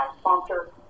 sponsor